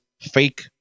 fake